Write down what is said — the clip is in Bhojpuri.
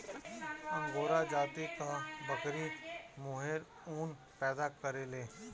अंगोरा जाति कअ बकरी मोहेर ऊन पैदा करेले